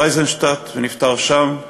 טרזינשטט ונפטר שם,